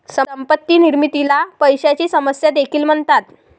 संपत्ती निर्मितीला पैशाची समस्या देखील म्हणतात